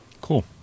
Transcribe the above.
Cool